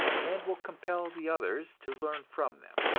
and will compel the others to learn from them.